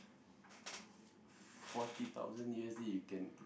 forty thousand U_S_D you can